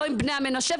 לא עם בני המנשה,